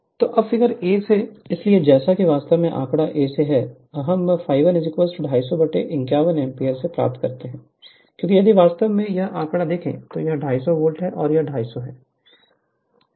Refer Slide Time 2433 तो अब figure a से इसलिए जैसा कि वास्तव में आंकड़ा a से है हम ∅ 1 250 51 एम्पीयर से प्राप्त करते हैं क्योंकि यदि वास्तव में यह आंकड़ा देखें तो यह 250 वोल्ट है और यह 250 है